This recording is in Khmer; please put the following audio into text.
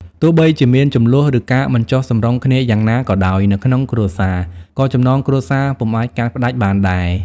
ទោះបីជាមានជម្លោះ ឬការមិនចុះសម្រុងគ្នាយ៉ាងណាក៏ដោយនៅក្នុងគ្រួសារ ក៏ចំណងគ្រួសារពុំអាចកាត់ផ្ដាច់បានដែរ។